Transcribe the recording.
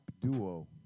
duo